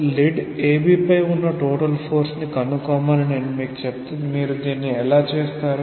lid AB పై ఉన్న total force ని కనుక్కోమని నేను మీకు చెబితే మీరు దీన్ని ఎలా చేస్తారు